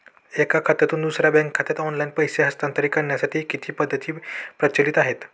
एका खात्यातून दुसऱ्या बँक खात्यात ऑनलाइन पैसे हस्तांतरित करण्यासाठी किती पद्धती प्रचलित आहेत?